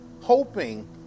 hoping